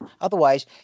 Otherwise